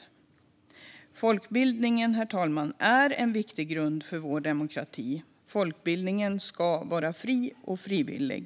Herr talman! Folkbildning är en viktig grund för vår demokrati. Folkbildningen ska vara fri och frivillig.